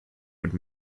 would